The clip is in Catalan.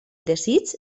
desig